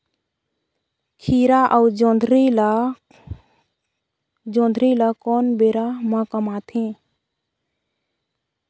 खीरा अउ जोंदरी ल कोन बेरा म कमाथे?